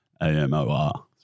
A-M-O-R